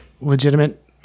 legitimate